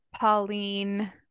Pauline